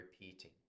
repeating